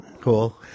cool